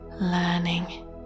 learning